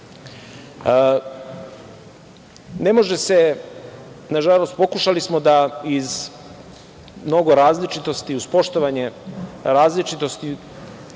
u Srbiji. Nažalost, pokušali smo da iz mnogo različitosti, uz poštovanje različitosti,